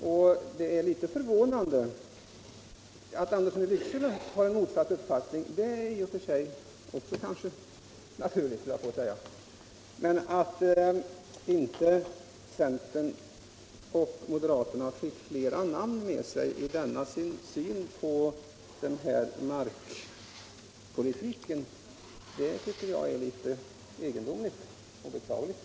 Att herr Andersson i Lycksele har en motsatt uppfattning är väl helt naturligt, men att vi som företräder centern och moderaterna inte fick flera med oss i vår syn på den här markpolitiska frågan tycker jag är litet egendomligt och beklagligt.